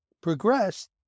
progressed